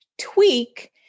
tweak